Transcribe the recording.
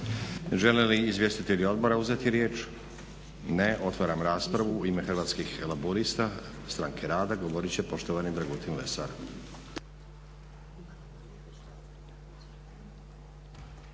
Žele li izvjestitelji odbora uzeti riječ? Ne. Otvaram raspravu. U ime Hrvatskih laburista-Stranke rada govorit će poštovani Dragutin Lesar.